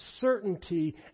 certainty